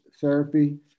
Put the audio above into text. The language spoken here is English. therapy